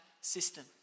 system